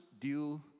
due